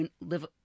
live